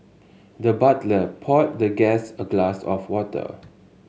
the butler poured the guest a glass of water